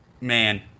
Man